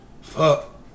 fuck